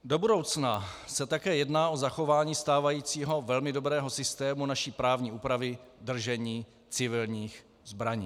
Do budoucna se také jedná o zachování stávajícího velmi dobrého systému naší právní úpravy držení civilních zbraní.